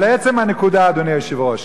אבל לעצם הנקודה, אדוני היושב-ראש.